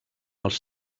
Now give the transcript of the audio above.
els